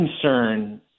concern